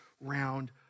round